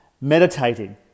meditating